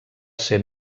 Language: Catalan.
ser